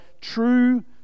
true